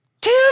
Tim